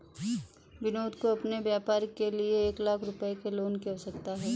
विनोद को अपने व्यापार के लिए एक लाख रूपए के लोन की आवश्यकता है